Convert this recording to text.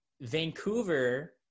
Vancouver